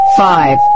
five